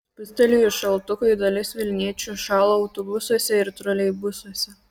spustelėjus šaltukui dalis vilniečių šąla autobusuose ir troleibusuose